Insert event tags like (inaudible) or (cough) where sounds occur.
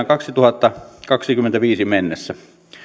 (unintelligible) kaksituhattakaksikymmentäviisi mennessä